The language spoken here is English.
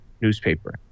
newspaper